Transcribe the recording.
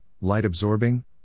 light-absorbing